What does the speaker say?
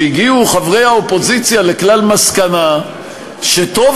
שהגיעו חברי האופוזיציה לכלל מסקנה שטוב